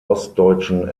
ostdeutschen